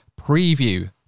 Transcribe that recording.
preview